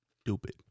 stupid